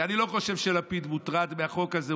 כי אני לא חושב שלפיד מוטרד מהחוק הזה.